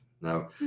Now